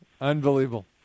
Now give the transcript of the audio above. Unbelievable